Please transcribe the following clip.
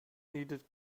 needed